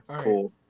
Cool